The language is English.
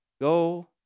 Go